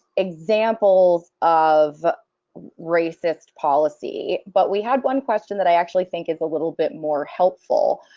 examples of racist policy, but we had one question that i actually think is a little bit more helpful,